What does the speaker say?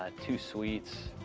ah two suites,